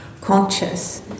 conscious